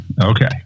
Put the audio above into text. Okay